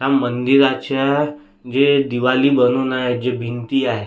त्या मंदिराच्या जे दिवारी बनवलं आहे जे भिंती आहे